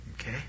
Okay